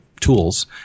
tools